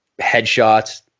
headshots